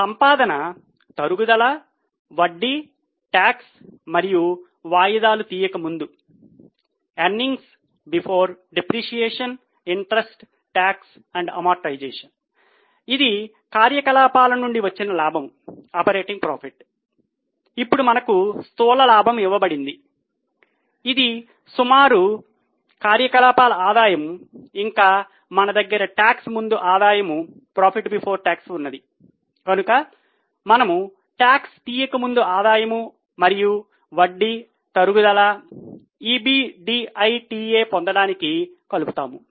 సంపాదన తరుగుదల వడ్డీ టాక్స్ మరియు వాయిదాలు తీయక ముందుతో విభజిస్తాము